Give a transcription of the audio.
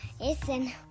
listen